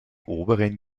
oberen